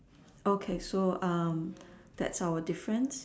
okay so that's our difference